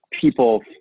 people